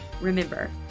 Remember